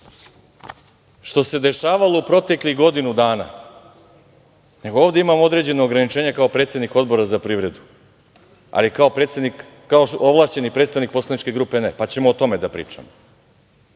što se dešavalo u proteklih godinu dana, nego ovde imam određeno ograničenje kao predsednik Odbora za privredu, ali kao ovlašćeni predstavnik poslaničke grupe, ne, pa ćemo o tome da pričamo